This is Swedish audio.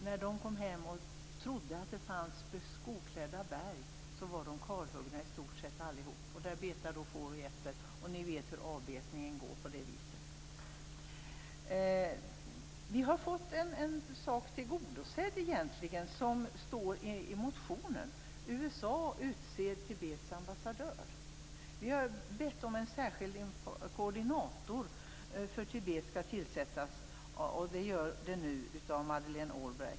När de kom hem trodde de att det skulle finnas skogsklädda berg, men dessa var i stort sett alla kalhuggna. Där betar får och getter. Ni vet hur avbetningen går när det är på det viset. Vi har fått en sak tillgodosedd egentligen som vi tar upp i en motion. USA utser Tibets ambassadör. Vi har bett om att en särskild koordinator för Tibet skall tillsättas. Det görs nu av Madeleine Albright.